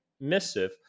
missive